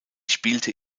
spielte